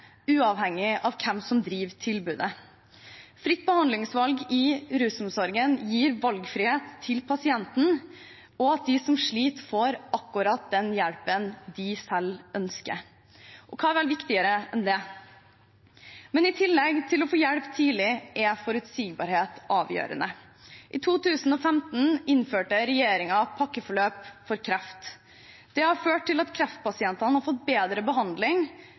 uavhengig av hvem som driver tilbudet. Fritt behandlingsvalg i rusomsorgen gir valgfrihet til pasienten og gjør at de som sliter, får akkurat den hjelpen de selv ønsker. Hva er vel viktigere enn det? Men i tillegg til å få hjelp tidlig, er forutsigbarhet avgjørende. I 2015 innførte regjeringen pakkeforløp for kreft. Det har ført til at kreftpasientene har fått bedre behandling